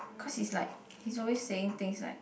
cause he's like he's always saying things like